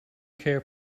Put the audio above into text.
care